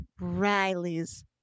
Rileys